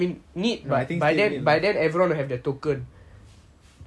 but I think still need lah